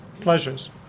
pleasures